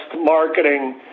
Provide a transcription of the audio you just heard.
marketing